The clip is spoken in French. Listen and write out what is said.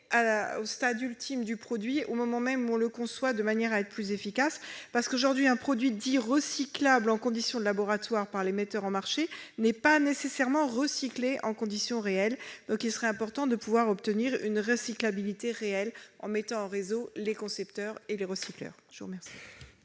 au stade ultime du produit au moment même où on le conçoit, ce qui permet d'être plus efficace. Aujourd'hui, un produit dit « recyclable » en conditions de laboratoire par les metteurs sur le marché n'est pas nécessairement recyclé en conditions réelles. Il serait important de pouvoir obtenir une recyclabilité réelle en mettant en réseau les concepteurs et les recycleurs.